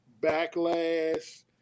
Backlash